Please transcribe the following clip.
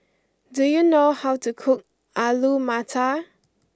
do you know how to cook Alu Matar